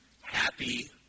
Happy